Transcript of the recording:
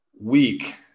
week